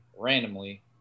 randomly